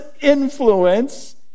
influence